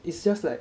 it's just like